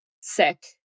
sick